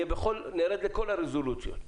נרד לכל הרזולוציות.